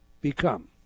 become